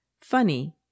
Funny